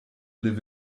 live